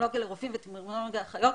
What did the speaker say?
טרמינולוגיה לרופאים וטרמינולוגיה לאחיות.